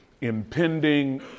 impending